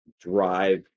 drive